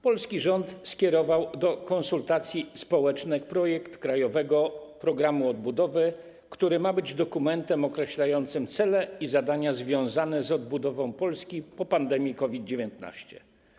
Polski rząd skierował do konsultacji społecznych projekt krajowego programu odbudowy, który ma być dokumentem określającym cele i zadania związane z odbudową Polski po pandemii COVID-19.